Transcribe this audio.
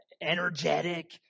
energetic